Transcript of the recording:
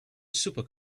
super